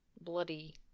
Bloody